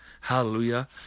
Hallelujah